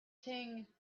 king